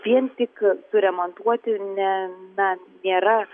vien tik suremontuoti ne na nėra